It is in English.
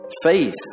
Faith